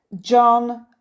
John